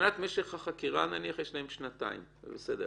מבחינת משך החקירה יש להם שנתיים, זה בסדר.